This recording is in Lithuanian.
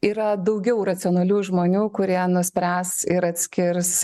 yra daugiau racionalių žmonių kurie nuspręs ir atskirs